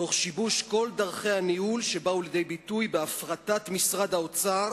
תוך שיבוש כל דרכי הניהול שבא לידי ביטוי בהפרטת משרד האוצר